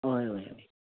वोय वोय